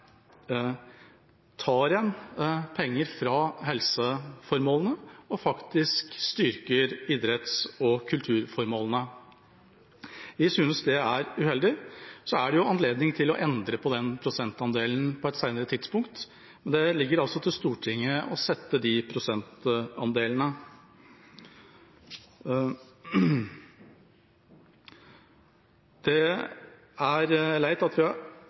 tar penger fra helseformålene og styrker idretts- og kulturformålene. Vi synes det er uheldig. Så er det anledning til å endre prosentandelen på et senere tidspunkt, og det ligger altså til Stortinget å sette prosentandelene. Det er leit at vi